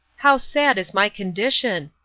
how sad is my condition!